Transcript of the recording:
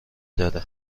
داره